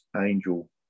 angel